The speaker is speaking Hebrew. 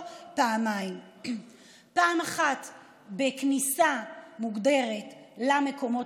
פעמיים: פעם אחת בכניסה מוגדרת למקומות,